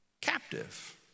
captive